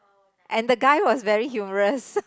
and the guy was very humorous